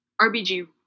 rbg